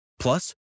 Plus